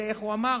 איך הוא אמר?